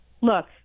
look